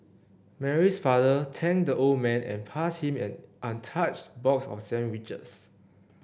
Mary's father thanked the old man and passed him an untouched box of sandwiches